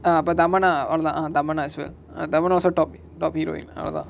ah அப:apa thamanna அவளோதா:avalotha ah thamanna is well ah thamanna was top top heroine அவளோதா:avalotha